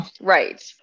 right